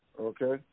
okay